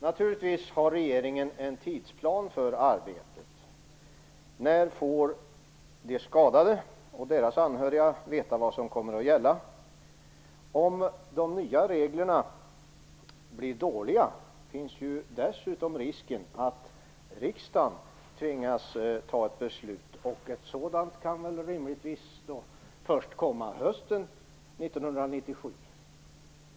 Naturligtvis har regeringen en tidsplan för arbetet. När får de skadade och deras anhöriga veta vad som kommer att gälla? Om de nya reglerna blir dåliga finns ju dessutom risken att riksdagen tvingas fatta ett beslut, och ett sådant kan väl rimligtvis komma först hösten 1997?